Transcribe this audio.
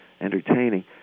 entertaining